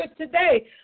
today